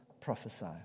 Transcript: prophesy